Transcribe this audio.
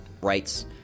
rights